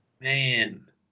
Man